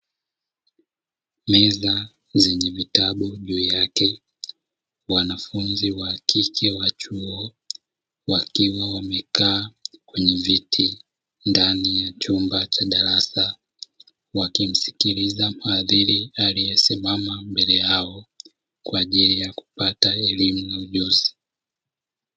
Meza zenye vitabu juu yake wanafunzi wa kike wa chuo wakiwa wamekaa kwenye viti ndani ya chumba cha darasa, wakimsikiliza mhadhiri aliyesimama mbele yao kwa ajili ya kupata elimu na ujuzi.